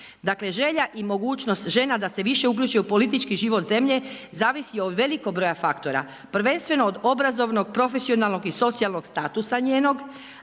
želja i mogućnost žena da se više uključe u politički život zemlje zavisi od velikog broja faktora prvenstveno od obrazovnog, profesionalnog i socijalnog statusa njenog,